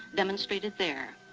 demonstrated there,